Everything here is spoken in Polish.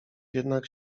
jednak